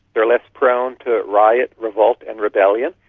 they are less prone to riot, revolt and rebellion.